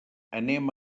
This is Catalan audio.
anem